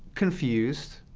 confused.